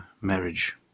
marriage